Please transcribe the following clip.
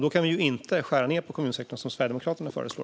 Då kan vi inte skära ned på kommunsektorn, som Sverigedemokraterna föreslår.